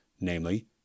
namely